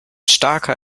starker